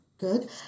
good